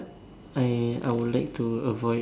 I I would like to avoid